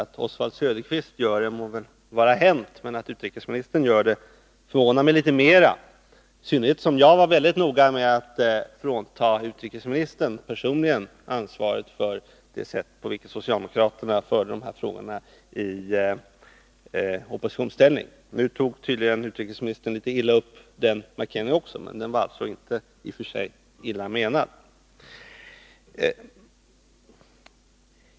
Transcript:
Att Oswald Söderqvist gör det må väl vara hänt, men att utrikesministern gör det förvånar mig litet mera, i synnerhet som jag var väldigt noga med att frånta utrikesministern personligen ansvaret för det sätt på vilket socialdemokraterna förde de här frågorna i oppositionsställning. Nu tog tydligen utrikesministern illa upp för den markeringen också, men den var alltså inte i och för sig illa menad.